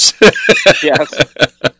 Yes